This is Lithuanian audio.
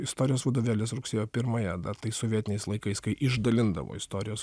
istorijos vadovėlis rugsėjo pirmąją dar tais sovietiniais laikais kai išdalindavo istorijos